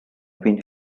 been